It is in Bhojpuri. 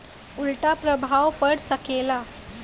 उल्टा प्रभाव पड़ सकेला